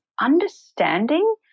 understanding